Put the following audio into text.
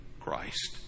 Christ